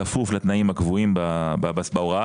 בכפוף לתנאים הקבועים בהוראה,